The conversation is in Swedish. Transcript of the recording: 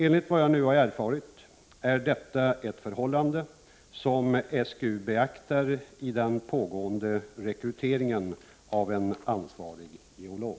Enligt vad jag nu erfarit är detta ett förhållande som SGU beaktar i den pågående rekryteringen av en ansvarig geolog.